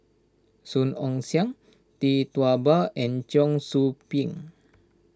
Song Ong Siang Tee Tua Ba and Cheong Soo Pieng